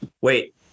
Wait